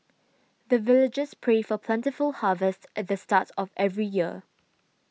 the villagers pray for plentiful harvest at the start of every year